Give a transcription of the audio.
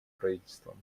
правительством